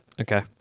Okay